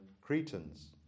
cretans